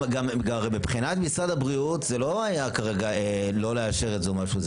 הרי מבחינת משרד הבריאות זה לא היה כרגע לא לאשר את זה או משהו.